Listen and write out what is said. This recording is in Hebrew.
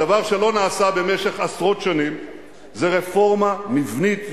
הדבר שלא נעשה במשך עשרות שנים זה רפורמה מבנית,